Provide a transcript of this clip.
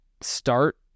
start